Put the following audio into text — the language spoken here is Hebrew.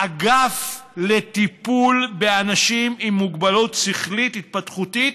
האגף לטיפול באנשים עם מוגבלות שכלית-התפתחותית,